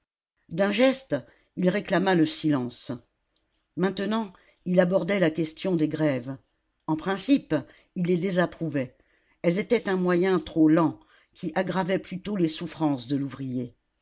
d'un geste il réclama le silence maintenant il abordait la question des grèves en principe il les désapprouvait elles étaient un moyen trop lent qui aggravait plutôt les souffrances de l'ouvrier